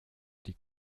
die